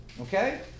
okay